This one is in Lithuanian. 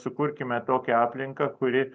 sukurkime tokią aplinką kuri